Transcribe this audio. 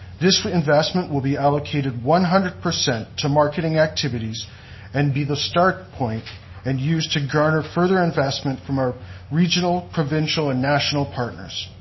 this investment will be allocated one hundred percent to marketing activities and be the start point and used to garner further investment from our regional, provincial and national partners.